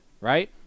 right